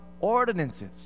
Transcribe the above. ordinances